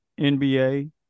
NBA